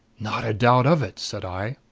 not a doubt of it! said i.